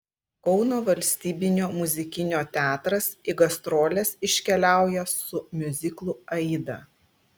kauno valstybinio muzikinio teatras į gastroles iškeliauja su miuziklu aida